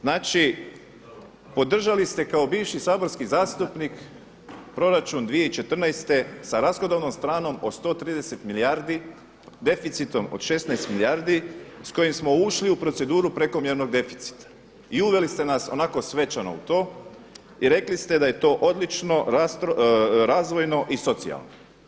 Znači podržali ste kao bivši saborski zastupnik proračun 2014. sa rashodovnom stranom od 130 milijardi, deficitom od 16 milijardi s kojim smo ušli u proceduru prekomjernog deficita i uveli ste nas onako svečano u to i rekli ste da je to odlično, razvojno i socijalno.